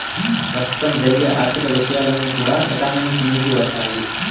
ప్రస్తుతం జరిగే ఆర్థిక విషయాలన్నీ కూడా ఎకానమీ కిందికి వత్తాయి